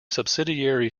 subsidiary